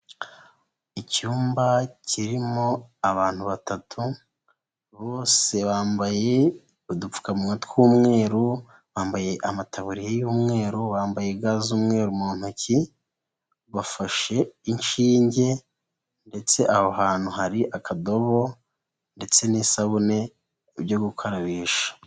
Icyumba kirimo abantu batatu, bose bambaye udupfukamunwa tw'umweru, bambaye amataburiya y'umweru, bambaye ga z'umweru mu ntoki, bafashe inshinge ndetse aho hantu hari akadobo ndetse n'isabune byo gukarabisha.